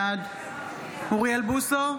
בעד אוריאל בוסו,